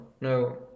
No